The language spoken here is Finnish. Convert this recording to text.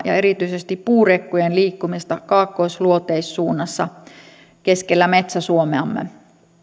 ja erityisesti puurekkojen liikkumista kaakkois luoteissuunnassa keskellä metsä suomeamme